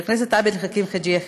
חבר הכנסת עבד אל חכים חאג' יחיא,